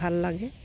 ভাল লাগে